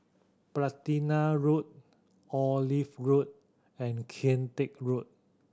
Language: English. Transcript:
Platina Road Olive Road and Kian Teck Road